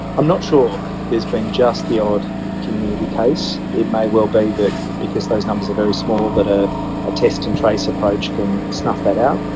i'm not sure. there has been just the odd community case. it may well be that because those numbers are very small, that ah a test and trace approach can snuff that out,